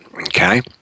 okay